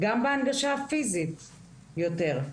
גם בהנגשה פיזית יותר,